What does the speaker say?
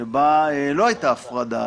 שבה לא הייתה הפרדה,